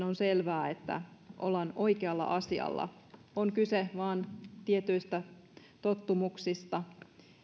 on selvää että ollaan oikealla asialla on kyse vain tietyistä tottumuksista